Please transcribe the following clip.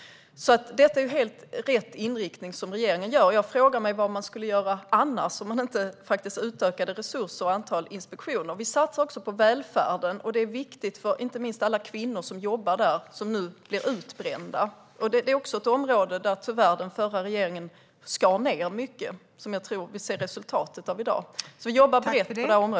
Detta är helt rätt inriktning som regeringen har. Jag frågar mig vad man skulle göra annars, om man faktiskt inte utökade resurser och antalet inspektioner. Vi satsar också på välfärden, och det är viktigt, inte minst för alla de kvinnor som jobbar där som nu blir utbrända. Det är också ett område där den förra regeringen tyvärr skar ned mycket, och jag tror att det är det som vi ser resultatet av i dag. Vi jobbar alltså brett på det här området.